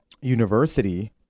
University